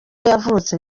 yavutse